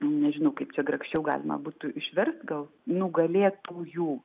nežinau kaip čia grakščiau galima būtų išverst gal nugalėtųjų